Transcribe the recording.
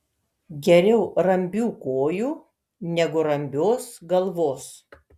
geriau rambių kojų negu rambios galvos